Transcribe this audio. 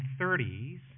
30s